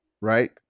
right